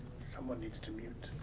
someone needs to mute.